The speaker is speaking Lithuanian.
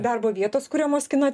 darbo vietos kuriamos kino